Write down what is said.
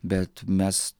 bet mes